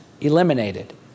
eliminated